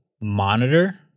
monitor